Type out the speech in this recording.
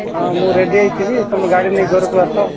ହଁ ମୁଁ ରେଡ଼ି ହୋଇଥିବି ତୁମେ ଗାଡ଼ି ନେଇକି ଘରକୁ ଆସ